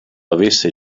avesse